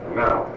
now